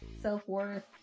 self-worth